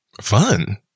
Fun